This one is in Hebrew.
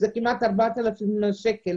זה כמעט 4,000 שקלים,